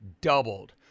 doubled